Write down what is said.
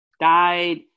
died